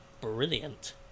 brilliant